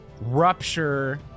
rupture